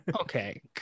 okay